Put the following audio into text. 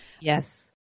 Yes